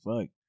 Fuck